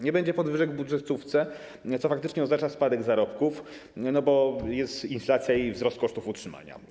Nie będzie podwyżek w budżetówce, co faktycznie oznacza spadek zarobków, bo jest inflacja i wzrost kosztów utrzymania.